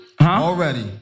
already